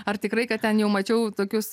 ar tikrai ką ten jau mačiau tokius